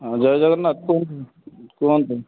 ହଁ ଜୟ ଜଗନ୍ନାଥ କୁହନ୍ତୁ କୁହନ୍ତୁ